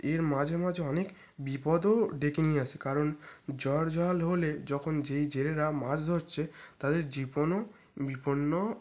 এর মাঝে মাঝে অনেক বিপদও ডেকে নিয়ে আসে কারণ ঝর জল হলে যখন যেই জেলেরা মাছ ধরছে তাদের জীবনও বিপন্ন